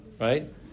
Right